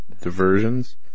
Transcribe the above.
Diversions